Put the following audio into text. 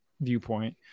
viewpoint